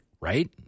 right